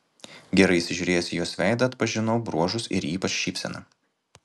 gerai įsižiūrėjęs į jos veidą atpažinau bruožus ir ypač šypseną